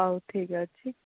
ହଉ ଠିକ୍ ଅଛି